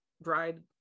Bride